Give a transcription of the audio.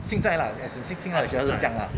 现在 lah as in 现现号也觉得这样 lah